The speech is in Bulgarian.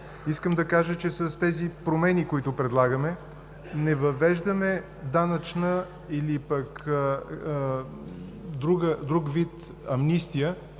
Искам да кажа, че с тези промени, които предлагаме, не въвеждаме данъчна или друг вид амнистия